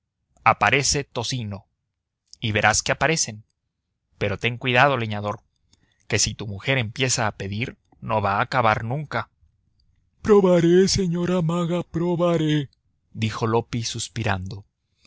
aparece tocino y verás que aparecen pero ten cuidado leñador que si tu mujer empieza a pedir no va a acabar nunca probaré señora maga probaré dijo loppi suspirando